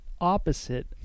opposite